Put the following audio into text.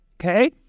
Okay